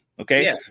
Okay